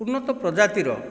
ଉନ୍ନତ ପ୍ରଜାତିର